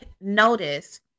notice